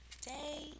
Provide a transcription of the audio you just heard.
day